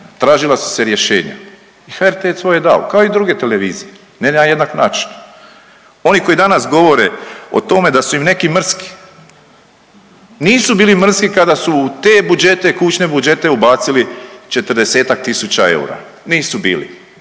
tražila su se rješenja. I HRT-e je svoje dao kao i druge televizije ne na jednak način. Oni koji danas govore o tome da su im neki mrski, nisu bili mrski kada su u te budžete, kućne budžete ubacili 40-tak tisuća eura nisu bili,